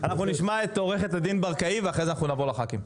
נשמע את עורכת הדין ברקאי ואחרי זה נעבור לחברי הכנסת.